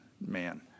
man